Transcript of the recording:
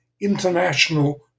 international